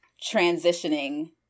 transitioning